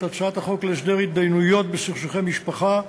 הצעת החוק להסדר התדיינויות בסכסוכי משפחה,